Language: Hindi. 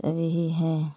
सब यही हैं